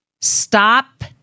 Stop